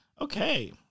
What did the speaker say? okay